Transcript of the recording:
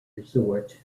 resort